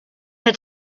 had